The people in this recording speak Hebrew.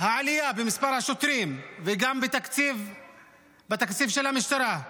העלייה במספר השוטרים וגם בתקציב של המשטרה,